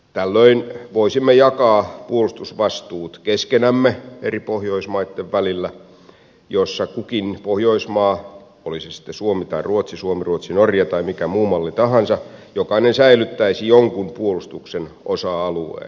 tällöin voisimme jakaa puolustusvastuut keskenämme eri pohjoismaitten välillä jossa kukin pohjoismaa oli se sitten suomi tai ruotsi suomiruotsinorja tai mikä muu malli tahansa säilyttäisi jonkun puolustuksen osa alueen